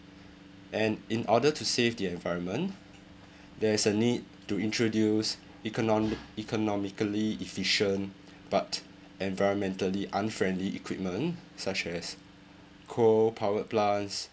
and in order to save the environment there is a need to introduce economic~ economically efficient but environmentally unfriendly equipment such as coal-powered plants